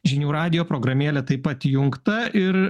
žinių radijo programėlė taip pat įjungta ir